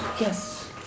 yes